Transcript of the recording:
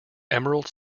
emerald